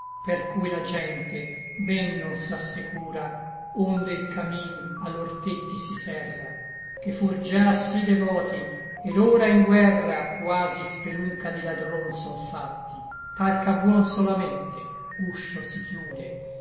per cui la gente ben non s'assecura onde l camin a lor tecti si serra che fur già sí devoti et ora in guerra quasi spelunca di ladron son fatti tal ch'a buon solamente uscio si chiude